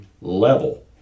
level